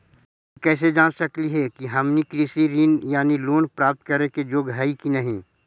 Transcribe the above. हमनी कैसे जांच सकली हे कि हमनी कृषि ऋण यानी लोन प्राप्त करने के योग्य हई कि नहीं?